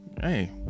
Hey